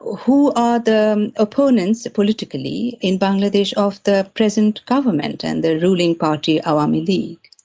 who are the opponents politically in bangladesh of the present government and the ruling party awami league.